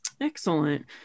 Excellent